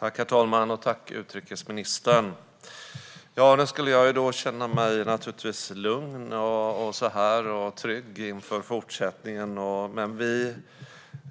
Herr talman! Nu skulle jag naturligtvis känna mig lugn och trygg inför fortsättningen. Men vi